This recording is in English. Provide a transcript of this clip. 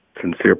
sincere